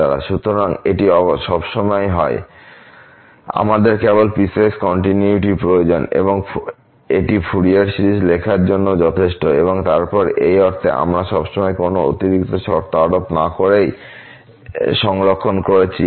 সুতরাং এটি সবসময়ই হয় আমাদের কেবল পিসওয়াইস কন্টিনিউয়িটি প্রয়োজন এবং এটি ফুরিয়ার সিরিজ লেখার জন্যও যথেষ্ট এবং তারপর এই অর্থে আমরা সবসময় কোন অতিরিক্ত শর্ত আরোপ না করেই সংরক্ষণ করেছি f এ